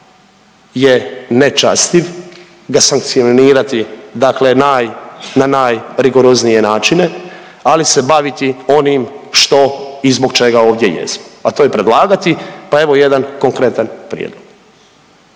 je nečastiv ga sankcionirati dakle naj, na najrigoroznije načine, ali se baviti onim što i zbog čega ovdje jesmo, a to je predlagati, pa evo jedan konkretan prijedlog.